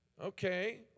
Okay